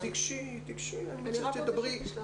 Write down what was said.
אז תיגשי, תדברי.